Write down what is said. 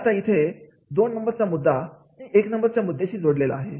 ते आता इथे दोन नंबर चा मुद्दा एक नंबर मुद्द्याशी आहे जोडलेला आहे